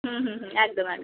হুম হুম হুম একদম একদম